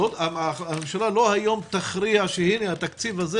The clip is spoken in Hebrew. הממשלה לא היום תכריע שהינה התקציב הזה